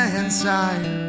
inside